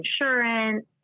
insurance